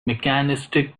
mechanistic